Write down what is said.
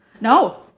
No